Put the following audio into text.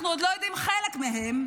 אנחנו עוד לא יודעים חלק מהם.